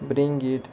bring it